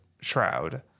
shroud